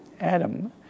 Adam